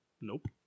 Nope